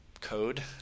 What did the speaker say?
code